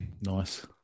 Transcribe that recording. Nice